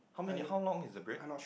how many how long is the break